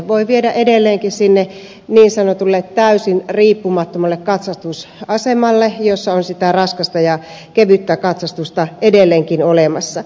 voi viedä edelleenkin sinne niin sanotulle täysin riippumattomalle katsastusasemalle jossa on sitä raskasta ja kevyttä katsastusta edelleenkin olemassa